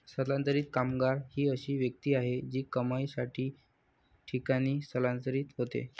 स्थलांतरित कामगार ही अशी व्यक्ती आहे जी कमाईसाठी ठिकाणी स्थलांतरित होते